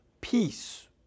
peace